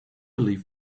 leave